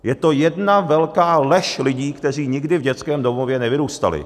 Je to jedna velká lež lidí, kteří nikdy v dětském domově nevyrůstali.